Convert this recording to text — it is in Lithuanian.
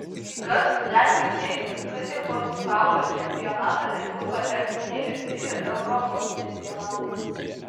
kai kas netgi teigė kad į pasaulio čempionatą lengviau patekti nei į europos čempionatą